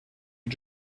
you